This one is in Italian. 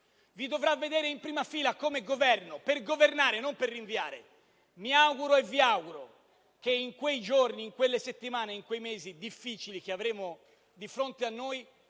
vi dovrà vedere in prima fila come Governo, per governare e non per rinviare. Mi auguro, e vi auguro, che in quei giorni, in quelle settimane, in quei mesi difficili che avremo di fronte a noi,